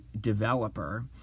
developer